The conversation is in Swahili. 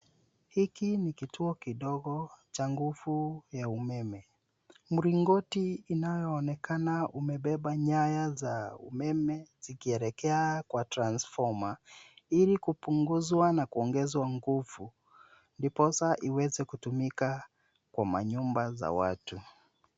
Hiki ni kituo kidogo cha nguvu ya umeme. Mlingoti inayoonekana umebeba nyaya za umeme zikielekea kwa transfoma ili kupunguzwa na kuongezwa nguvu, ndiposa iweze kutumika kwa manyumba za watu.